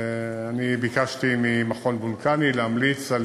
ביקשתי ממכון וולקני להמליץ,